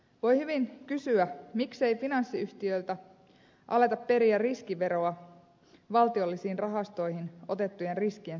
voi hyvin kysyä miksei finanssiyhtiöiltä aleta periä riskiveroa valtiollisiin rahastoihin otettujen riskien suuruuden suhteessa